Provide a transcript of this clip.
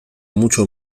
mucho